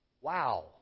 wow